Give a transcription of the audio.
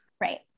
Right